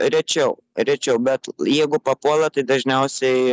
rečiau rečiau bet jeigu papuola tai dažniausiai